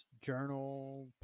journal